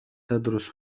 تدرس